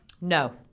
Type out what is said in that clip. No